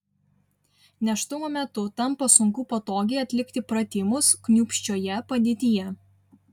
nėštumo metu tampa sunku patogiai atlikti pratimus kniūpsčioje padėtyje